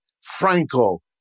Franco